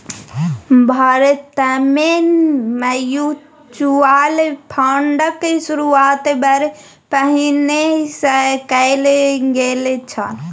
भारतमे म्यूचुअल फंडक शुरूआत बड़ पहिने सँ कैल गेल छल